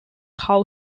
how